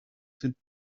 sind